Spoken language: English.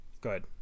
good